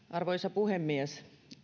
arvoisa puhemies